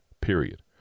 period